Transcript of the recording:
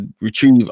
retrieve